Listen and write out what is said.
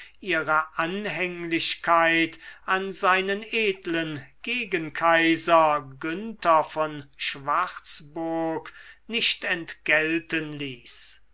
ihre anhänglichkeit an seinen edlen gegenkaiser günther von schwarzburg nicht entgelten ließ